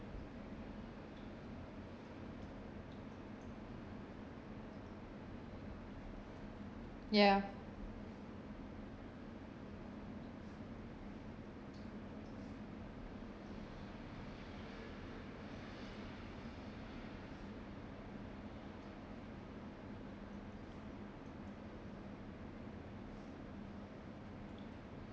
ya